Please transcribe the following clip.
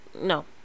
No